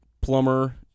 plumber